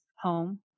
home